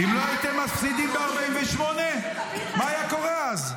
אם לא הייתם מפסידים ב-1948, מה היה קורה אז?